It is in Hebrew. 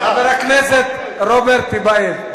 חבר הכנסת רוברט טיבייב,